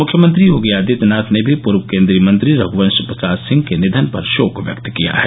मुख्यमंत्री योगी आदित्यनाथ ने भी पूर्व केन्द्रीय मंत्री रघ्वंश प्रसाद सिंह के निधन पर शोक व्यक्त किया है